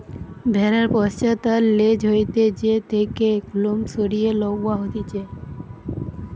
ভেড়ার পশ্চাৎ আর ল্যাজ হইতে যে থেকে লোম সরিয়ে লওয়া হতিছে